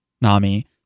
Nami